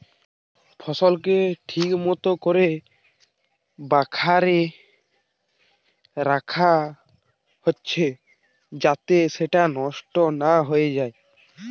ফসলকে ঠিক মতো কোরে বাখারে রাখা হচ্ছে যাতে সেটা নষ্ট না হয়ে যায়